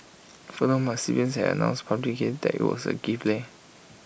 furthermore my siblings had announced publicly that IT was A gift leh